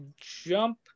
jump